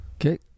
Okay